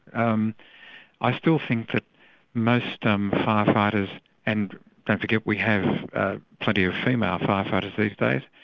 um i still think that most um firefighters and don't forget we have plenty of female firefighters these days,